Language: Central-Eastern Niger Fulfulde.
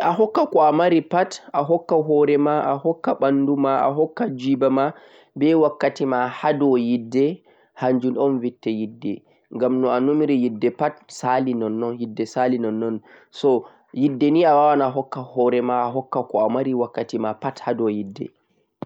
Ahokka ko Allah marni ma pat bana horema, ɓandu ma, jeeba ma, wakkatima hado yidde hanjun'on vette yidde ngam no a numiri no yidde va'e pat to yidde sali numoma.